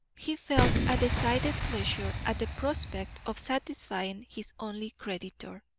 he felt a decided pleasure at the prospect of satisfying his only creditor,